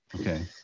okay